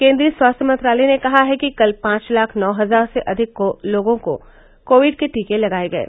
केन्द्रीय स्वास्थ्य मंत्रालय ने कहा है कि कल पांच लाख नौ हजार से अधिक लोगों को कोविड के टीके लगाये गये